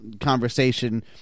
conversation